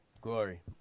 glory